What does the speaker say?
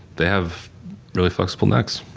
they have really flexible necks.